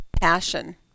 passion